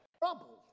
Trouble